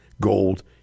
gold